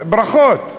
ברכות.